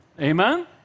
Amen